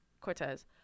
Cortez